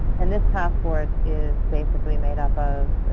and this task force is basically made up, ah